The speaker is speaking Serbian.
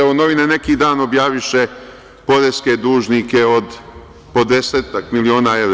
Evo, novine neki dan objaviše poreske dužnike od po desetak miliona evra.